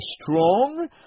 strong